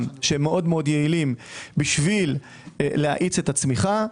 שהם מאוד יעילים כדי להאיץ את הצמיחה.